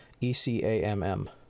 E-C-A-M-M